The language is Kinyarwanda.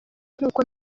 nk’uko